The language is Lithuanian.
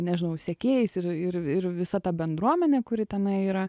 nežinau sekėjais ir ir ir visa ta bendruomene kuri tenai yra